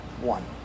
one